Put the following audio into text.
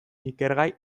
ikergai